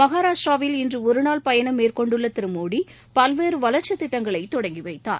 மகாராஷ்டிராவில் இன்று ஒருநாள் பயணம் மேற்கொண்டுள்ள திரு மோடி பல்வேறு வளா்ச்சித் திட்டங்களை தொடங்கி வைத்தார்